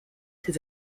ses